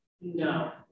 No